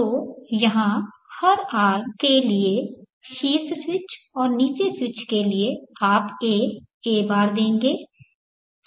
तो यहां हर आर्म के लिए शीर्ष स्विच और नीचे स्विच के लिए आप a a बार देंगे और